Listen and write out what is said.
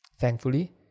Thankfully